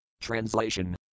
Translation